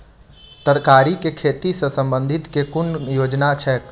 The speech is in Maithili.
तरकारी केँ खेती सऽ संबंधित केँ कुन योजना छैक?